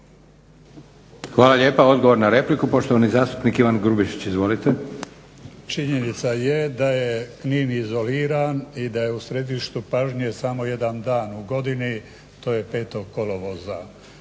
Hvala lijepa. Odgovor na repliku, poštovani zastupnik Ivan Grubišić. Izvolite. **Grubišić, Ivan (Nezavisni)** Činjenica je da je Knin izoliran i da je u središtu pažnje samo jedan dan u godini, to je 5. Kolovoza.